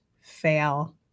fail